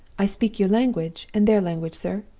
i speak your language and their language, sir.